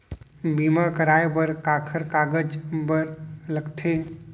बीमा कराय बर काखर कागज बर लगथे?